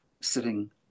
sitting